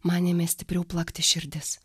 man ėmė stipriau plakti širdis